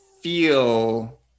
feel